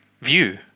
view